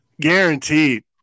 Guaranteed